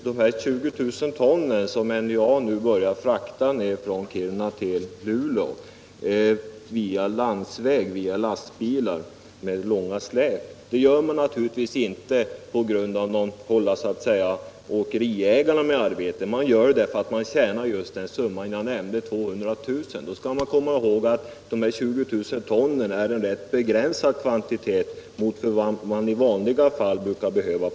Herr talman! NJA börjar naturligtvis inte att frakta 20000 ton malm från Kiruna till Luleå på landsväg med hjälp av lastbilar med långa släp på grund av att man vill hålla åkeriägarna med arbete. Man gör det för att tjäna just den summa som jag nämnde, 200 000 kr. Då skall man komma ihåg att 20 000 ton är en rätt begränsad kvantitet jämfört med vad NJA i vanliga fall brukar behöva.